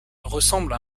ressemble